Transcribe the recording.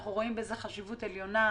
אנחנו רואים בזה חשיבות עליונה.